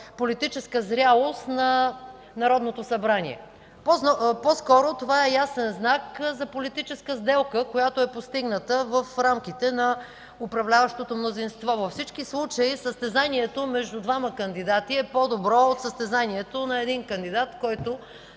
политическа зрялост на Народното събрание. По-скоро това е ясен знак за политическа сделка, постигната в рамките на управляващото мнозинство. Във всички случаи състезанието между двама кандидати е по-добро от състезанието на един кандидат, който